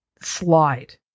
slide